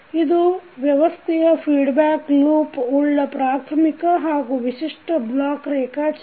ಇದು ವ್ಯವಸ್ಥೆಯ feedback loop ಉಳ್ಳ ಪ್ರಾಥಮಿಕ ಹಾಗೂ ವಿಶಿಷ್ಟ ಬ್ಲಾಕ್ ರೇಖಾಚಿತ್ರ